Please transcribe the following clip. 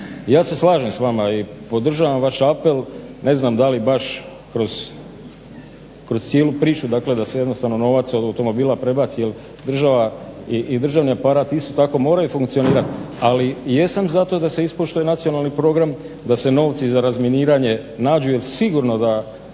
Ja se slažem s vama i podržavam vaša apel ne znam baš kroz cijelu priču da se jednostavno novac od automobila prebaci jer država i državni aparat isto tako moraju funkcionirat ali jesam za to da se ispoštuje nacionalni program, da se novci za izminiranje nađu jer sigurno da